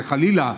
חלילה,